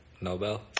Nobel